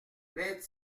vingt